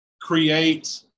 create